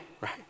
right